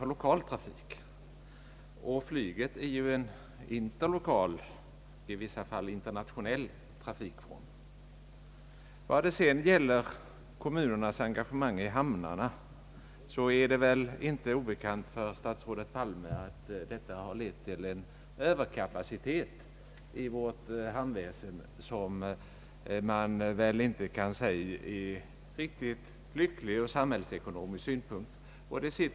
Flyget är ju inte en lokal utan en interlokal och i vissa fall t.o.m. internationell trafikform. Vad gäller kommunernas engagemang i hamnarna är det väl inte obekant för statsrådet Palme, att detta har lett till en överkapacitet i vårt hamnväsende som man inte kan säga är riktigt lycklig ur samhällsekonomisk synpunkt.